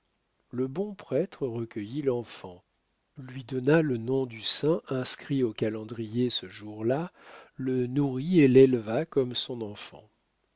le bon prêtre recueillit l'enfant lui donna le nom du saint inscrit au calendrier ce jour-là le nourrit et l'éleva comme son enfant